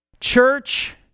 church